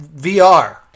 VR